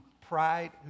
pride